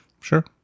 sure